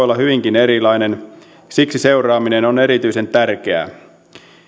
olla hyvinkin erilaisia siksi seuraaminen on erityisen tärkeää